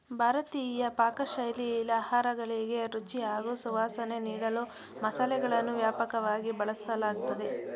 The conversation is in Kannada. ಭಾರತೀಯ ಪಾಕಶೈಲಿಲಿ ಆಹಾರಗಳಿಗೆ ರುಚಿ ಹಾಗೂ ಸುವಾಸನೆ ನೀಡಲು ಮಸಾಲೆಗಳನ್ನು ವ್ಯಾಪಕವಾಗಿ ಬಳಸಲಾಗ್ತದೆ